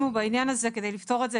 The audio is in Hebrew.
אנחנו בעניין הזה כדי לפתור את זה,